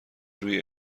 روی